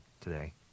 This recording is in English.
today